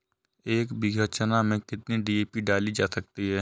एक बीघा चना में कितनी डी.ए.पी डाली जा सकती है?